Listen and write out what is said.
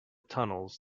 tunnels